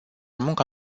munca